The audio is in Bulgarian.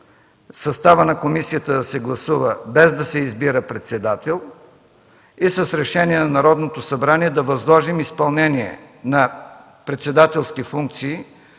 състава на тази комисия да се гласува, без да се избира председател, и с решение на Народното събрание да възложим изпълнение на председателски функции